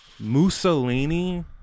Mussolini